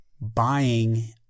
buying